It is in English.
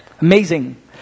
Amazing